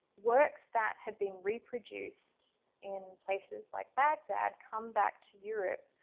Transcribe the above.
works that had been reproduced in places like baghdad come back to europe.